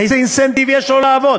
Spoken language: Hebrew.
איזה אינסנטיב יש לו לעבוד?